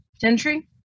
Gentry